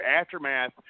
Aftermath